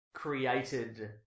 Created